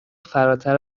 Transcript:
فراتر